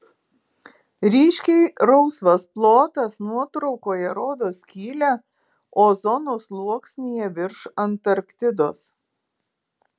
ryškiai rausvas plotas nuotraukoje rodo skylę ozono sluoksnyje virš antarktidos